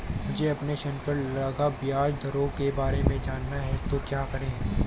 मुझे अपने ऋण पर लगी ब्याज दरों के बारे में जानना है तो क्या करें?